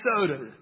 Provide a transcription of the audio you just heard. soda